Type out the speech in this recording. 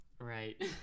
right